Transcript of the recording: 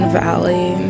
valley